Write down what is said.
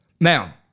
Now